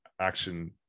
action